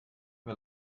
mir